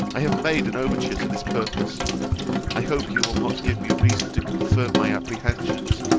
i have made an overture to this purpose i hope you will not give me reason to confirm my apprehensions,